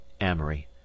Amory